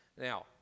Now